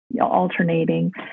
alternating